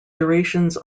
durations